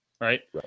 Right